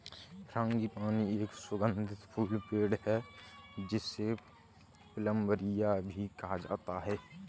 frangipani एक सुगंधित फूल पेड़ है, जिसे प्लंबरिया भी कहा जाता है